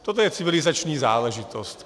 Toto je civilizační záležitost.